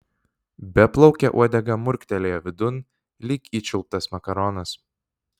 beplaukė uodega murktelėjo vidun lyg įčiulptas makaronas